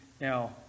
Now